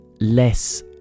less